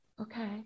okay